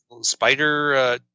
spider